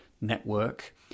Network